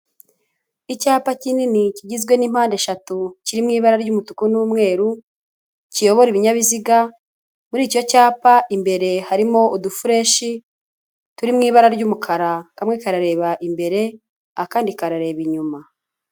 Icyapa kinini kigizwe n'impande eshatu kiri mu ibara ry'umutuku n'umweru, kiyobora ibinyabiziga, muri icyo cyapa imbere harimo udufureshi turi mu ibara ry'umukara, kamwe karareba imbere, akandi karareba inyuma.